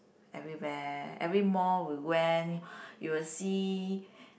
everywhere every mall we went you will see